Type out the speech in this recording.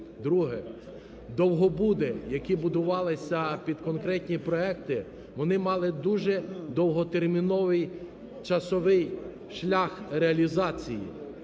Друге. Довгобуди, які будувалися під конкретні проекти, вони мали дуже довготерміновий часовий шлях реалізації.